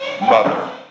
mother